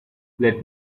let